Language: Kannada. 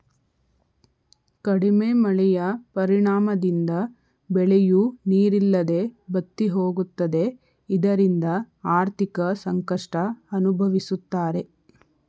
ಕಡಿಮೆ ಮಳೆಯ ಪರಿಣಾಮದಿಂದ ಬೆಳೆಯೂ ನೀರಿಲ್ಲದೆ ಬತ್ತಿಹೋಗುತ್ತದೆ ಇದರಿಂದ ಆರ್ಥಿಕ ಸಂಕಷ್ಟ ಅನುಭವಿಸುತ್ತಾರೆ